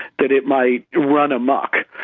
that it might run amok.